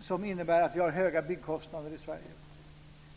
som innebär att vi har höga byggkostnader i Sverige.